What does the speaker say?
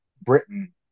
Britain